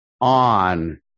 On